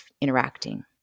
interacting